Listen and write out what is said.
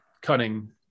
cunning